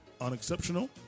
Unexceptional